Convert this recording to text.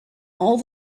all